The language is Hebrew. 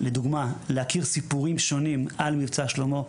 לדוגמא להכיר סיפורים שונים על "מבצע שלמה",